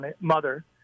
mother